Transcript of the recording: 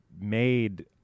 made